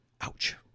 Ouch